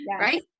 right